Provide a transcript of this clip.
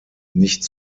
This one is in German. nicht